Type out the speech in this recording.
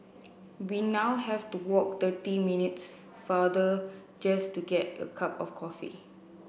we now have to walk twenty minutes farther just to get a cup of coffee